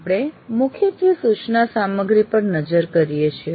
આપણે મુખ્યત્વે સૂચના સામગ્રી પર નજર કરીએ છીએ